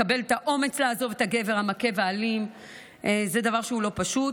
לקבל את האומץ לעזוב את הגבר המכה והאלים זה דבר שהוא לא פשוט.